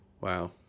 Wow